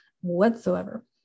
whatsoever